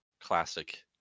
classic